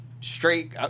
straight